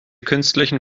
künstlichen